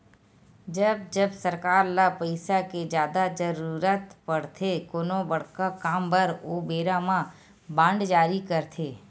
जब जब सरकार ल पइसा के जादा जरुरत पड़थे कोनो बड़का काम बर ओ बेरा म बांड जारी करथे